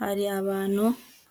Hari abantu